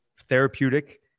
therapeutic